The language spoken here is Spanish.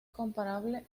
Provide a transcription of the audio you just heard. comparable